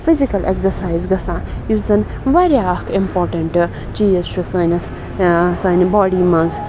physical exercise گَژھان یُس زَن واریاہ اَکھ اِمپاٹَنٹ چیٖز چھُ سٲنِس سانہِ باڈی منٛز